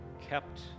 kept